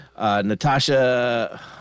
Natasha